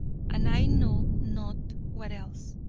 and i know not what else.